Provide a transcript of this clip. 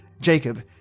Jacob